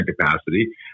capacity